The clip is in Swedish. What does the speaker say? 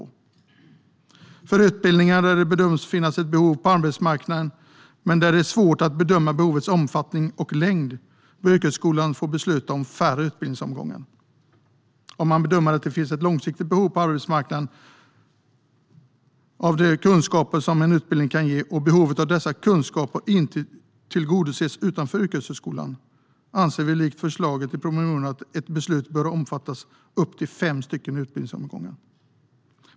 Vad gäller utbildningar som det bedöms finnas ett behov av på arbetsmarknaden, men där det är svårt att bedöma behovets omfattning och längd, bör yrkeshögskolan få besluta om färre utbildningsomgångar. Om man bedömer att det finns ett långsiktigt behov på arbetsmarknaden av de kunskaper som utbildningen kan ge - och om behovet av dessa kunskaper inte tillgodoses utanför yrkeshögskolan - anser vi, likt förslaget i promemorian, att ett beslut bör få omfatta upp till fem utbildningsomgångar.